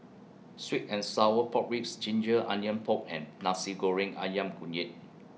Sweet and Sour Pork Ribs Ginger Onions Pork and Nasi Goreng Ayam Kunyit